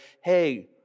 hey